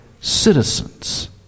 citizens